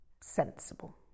sensible